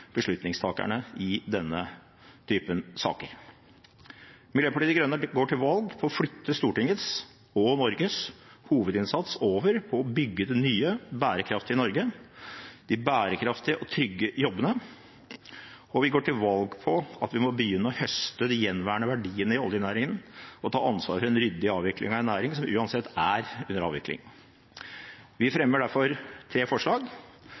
beslutningstakerne i denne typen saker. Miljøpartiet De Grønne går til valg på å flytte Stortingets og Norges hovedinnsats over til å bygge det nye bærekraftige Norge – de bærekraftige og trygge jobbene – og vi går til valg på at vi må begynne å høste de gjenværende verdiene i oljenæringen og ta ansvar for en ryddig avvikling av en næring som uansett er under avvikling. Vi fremmer derfor tre forslag.